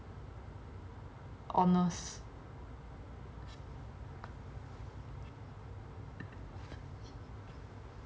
honest